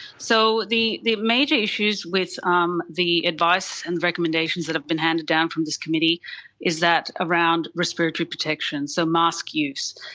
so the the major issues with um the advice and recommendations that have been handed down from this committee is that around respiratory protection, so mask use.